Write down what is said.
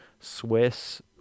swiss